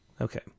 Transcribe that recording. Okay